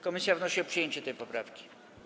Komisja wnosi o przyjęcie tej poprawki.